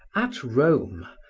at rome,